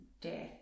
death